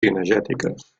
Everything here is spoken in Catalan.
cinegètiques